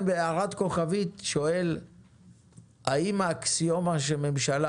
בהערת כוכבית אני שואל האם האקסיומה שממשלה